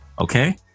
Okay